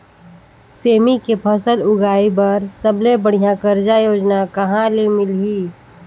सेमी के फसल उगाई बार सबले बढ़िया कर्जा योजना कहा ले मिलही?